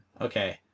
Okay